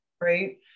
right